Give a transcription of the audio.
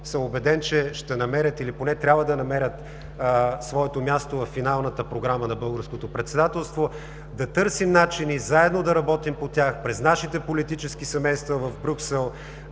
съм убеден, че ще намерят или поне трябва да намерят своето място във финалната програма на българското председателство, да търсим начини заедно да работим по тях – през нашите политически семейства в Брюксел,